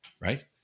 right